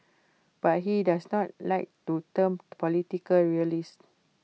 but he does not like to term political realist